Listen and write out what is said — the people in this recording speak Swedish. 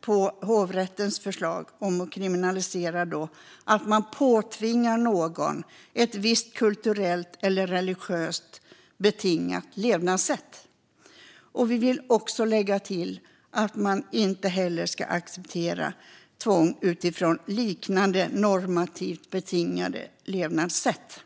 på hovrättens förslag att kriminalisera att man påtvingar någon ett visst kulturellt eller religiöst betingat levnadssätt. Vi vill också lägga till att man inte heller ska acceptera tvång utifrån liknande normativt betingade levnadssätt.